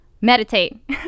Meditate